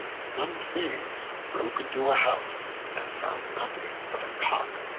some thieves broke into a house and found nothing but a cock,